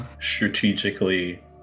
strategically